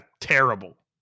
terrible